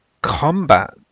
combat